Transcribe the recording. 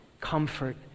comfort